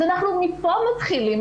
אז אנחנו מפה מתחילים.